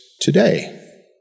today